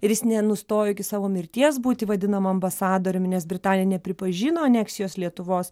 ir jis nenustojo iki savo mirties būti vadinama ambasadoriumi nes britanija nepripažino aneksijos lietuvos